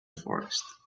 forest